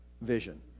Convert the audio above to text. vision